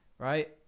Right